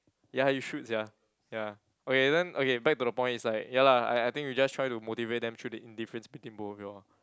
ya you should sia ya okay then okay back to the point is like ya lah I I think you just try to motivate them through the indifference between both of you all